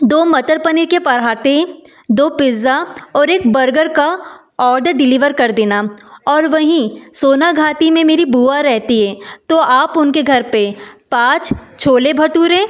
दो मटर पनीर के पराँठे दो पिज़्ज़ा और एक बर्गर का ऑडर डिलीवर कर देना और वहीं सोनाघाटी में मेरी बुआ रहती है तो आप उनके घर पर पाँच छोले भटूरे